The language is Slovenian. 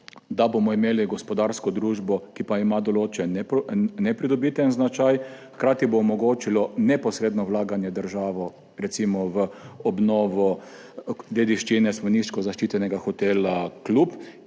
da bomo imeli gospodarsko družbo, ki ima določen nepridobitni značaj. Hkrati bo omogočilo neposredno vlaganje države recimo v obnovo dediščine spomeniško zaščitenega hotela Klub